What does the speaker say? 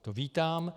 To vítám.